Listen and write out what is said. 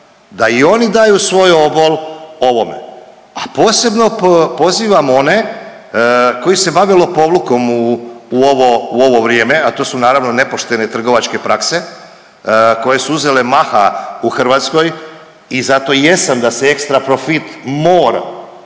da i oni daju svoj obol ovome, a posebno pozivam one koji se bave lopovlukom u ovo vrijeme, a to su naravno nepoštene trgovačke prakse koje su uzele maha u Hrvatskoj i zato i jesam da se ekstra profit mora,